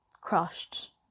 crushed